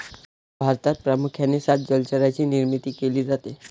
भारतात प्रामुख्याने सात जलचरांची निर्मिती केली जाते